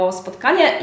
spotkanie